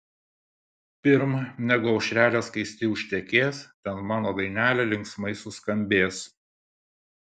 pirm negu aušrelė skaisti užtekės ten mano dainelė linksmai suskambės